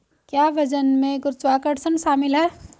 क्या वजन में गुरुत्वाकर्षण शामिल है?